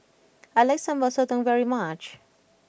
I like Sambal Sotong very much